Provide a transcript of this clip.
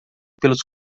pelos